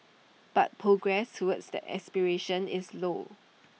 but progress towards that aspiration is slow